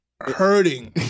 Hurting